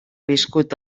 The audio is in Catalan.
viscut